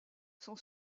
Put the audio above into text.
son